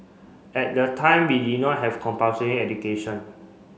at that time we did not have compulsory education